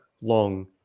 long